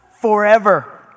forever